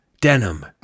Denim